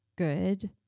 Good